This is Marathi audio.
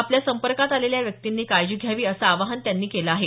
आपल्या संपर्कात आलेल्या व्यक्तींनी काळजी घ्यावी असं आवाहन त्यांनी केलं आहे